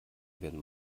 werden